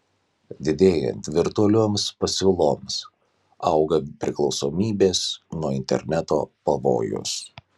didėjant virtualioms pasiūloms auga priklausomybės nuo interneto pavojus